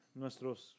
nuestros